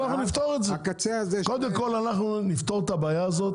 אנחנו נפתור את הבעיה הזו.